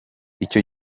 icyo